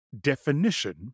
definition